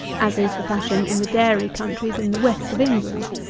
as is the fashion in the dairy countries in the west of england.